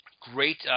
great